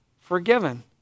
forgiven